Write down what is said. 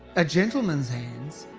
a gentleman's hands,